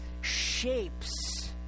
shapes